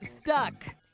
stuck